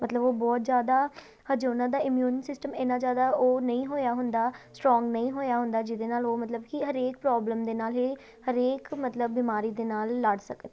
ਮਤਲਬ ਉਹ ਬਹੁਤ ਜ਼ਿਆਦਾ ਅਜੇ ਉਹਨਾਂ ਦਾ ਇਮਿਊਨ ਸਿਸਟਮ ਇੰਨਾ ਜ਼ਿਆਦਾ ਉਹ ਨਹੀਂ ਹੋਇਆ ਹੁੰਦਾ ਸਟਰੋਂਗ ਨਹੀਂ ਹੋਇਆ ਹੁੰਦਾ ਜਿਹਦੇ ਨਾਲ ਉਹ ਮਤਲਬ ਕਿ ਹਰੇਕ ਪ੍ਰੋਬਲਮ ਦੇ ਨਾਲ ਹੇ ਹਰੇਕ ਮਤਲਬ ਬਿਮਾਰੀ ਦੇ ਨਾਲ ਲੜ ਸਕਣ